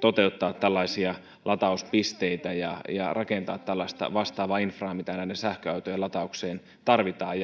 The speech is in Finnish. toteuttaa tällaisia latauspisteitä ja ja rakentaa tällaista vastaavaa infraa kuin näiden sähköautojen lataukseen tarvitaan